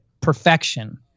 perfection